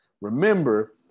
Remember